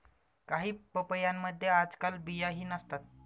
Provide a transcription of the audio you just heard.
काही पपयांमध्ये आजकाल बियाही नसतात